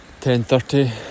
10.30